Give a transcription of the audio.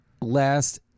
last